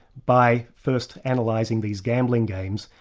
by first and analysing these gambling games,